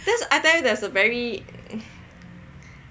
I tell you there is a very